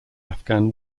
afghan